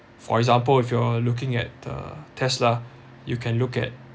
for example if you're looking at the tesla you can look at